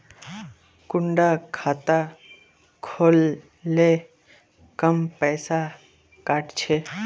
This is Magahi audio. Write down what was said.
कुंडा खाता खोल ले कम पैसा काट छे?